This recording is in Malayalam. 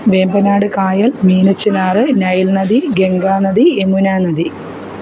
വേമ്പനാടുകായൽ മീനച്ചിനാറ് നൈൽനദി ഗംഗാനദി യമുനാനദി